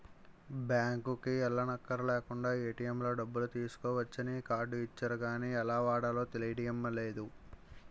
బాంకుకి ఎల్లక్కర్లేకుండానే ఏ.టి.ఎం లో డబ్బులు తీసుకోవచ్చని ఈ కార్డు ఇచ్చారు గానీ ఎలా వాడాలో తెలియడం లేదు